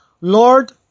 Lord